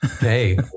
Hey